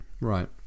Right